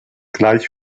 gleich